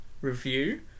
review